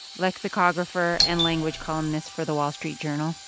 lexicographer and language columnist for the wall street journal?